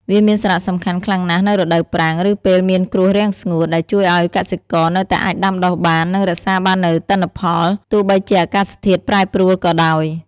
វាមានសារៈសំខាន់ខ្លាំងណាស់នៅរដូវប្រាំង ឬពេលមានគ្រោះរាំងស្ងួត ដែលជួយឲ្យកសិករនៅតែអាចដាំដុះបាន និងរក្សាបាននូវទិន្នផល ទោះបីជាអាកាសធាតុប្រែប្រួលក៏ដោយ។